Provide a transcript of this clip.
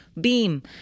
beam